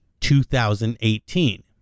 2018